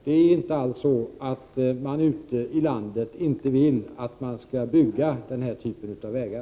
Ute i landet är människor inte alls negativa till byggande av den här typen av vägar.